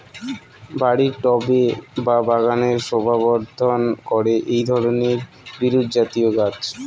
বাড়ির টবে বা বাগানের শোভাবর্ধন করে এই ধরণের বিরুৎজাতীয় গাছ